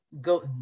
Go